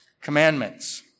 Commandments